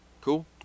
cool